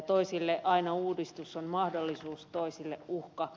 toisille aina uudistus on mahdollisuus toisille uhka